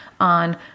on